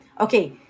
Okay